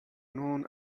known